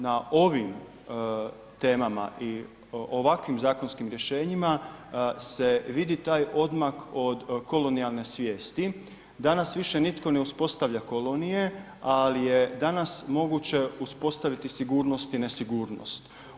Na ovim temama i ovakvim zakonskim rješenjima se vidi taj odmak od kolonijalne svijesti, danas više nitko ne uspostavlja kolonije, al je danas moguće uspostaviti sigurnost i nesigurnost.